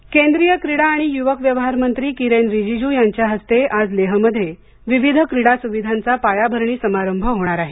रीजीज् लेह केंद्रीय क्रीडा आणि युवक व्यवहार मंत्री किरेन रीजीजू यांच्या हस्ते आज लेह मध्ये विविध क्रीडा सुविधांचा पायाभरणी समारंभ होणार आहे